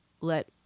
let